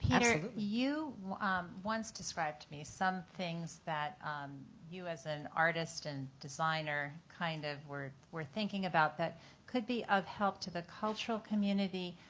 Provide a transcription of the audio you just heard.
yeah you once described to me some things that you as an artist and designer kind of were were thinking about that could be of help to the cultural community,